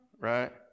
right